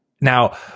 now